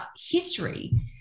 history